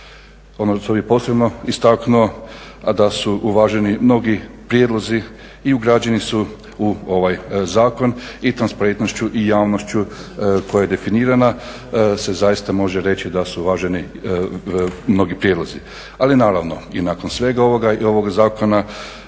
Ono što bih posebno istaknuo, a da su uvaženi mnogi prijedlozi i ugrađeni su u ovaj zakon i transparentnošću i javnošću koja je definirana se zaista može reći da su uvaženi mnogi prijedlozi. Ali naravno i nakon svega ovoga i ovog zakona